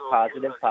positive